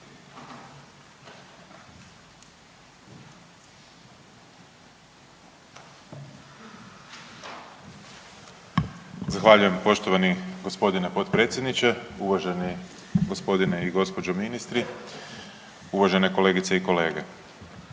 Zahvaljujem poštovani g. potpredsjedniče, uvaženi g. i gđe. ministri, uvažene kolegice i kolege.